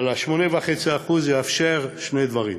אבל ה-8.5% יאפשרו שני דברים: